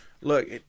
Look